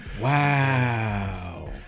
Wow